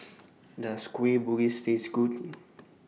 Does Kueh Bugis Taste Good